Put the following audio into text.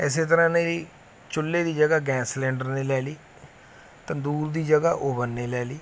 ਇਸੇ ਤਰ੍ਹਾਂ ਨੇ ਜੀ ਚੁੱਲ੍ਹੇ ਦੀ ਜਗ੍ਹਾ ਗੈਸ ਸਿਲੰਡਰ ਨੇ ਲੈ ਲਈ ਤੰਦੂਰ ਦੀ ਜਗ੍ਹਾ ਓਵਨ ਨੇ ਲੈ ਲਈ